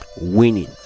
winning